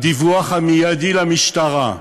הדיווח המיידי הוא למשטרה.